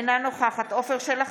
אינה נוכחת עפר שלח,